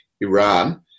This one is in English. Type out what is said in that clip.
Iran